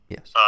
Yes